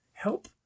help